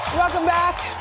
welcome back,